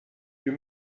you